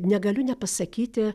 negaliu nepasakyti